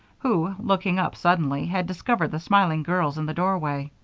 who, looking up suddenly, had discovered the smiling girls in the doorway.